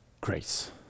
grace